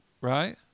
right